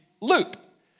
loop